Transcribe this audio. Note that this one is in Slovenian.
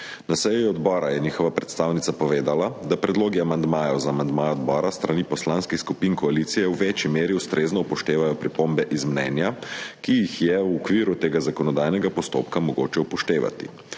Na seji odbora je njihova predstavnica povedala, da predlogi amandmajev za amandmaje odbora s strani poslanskih skupin koalicije v večji meri ustrezno upoštevajo pripombe iz mnenja, ki jih je mogoče upoštevati v okviru tega zakonodajnega postopka. V nadaljevanju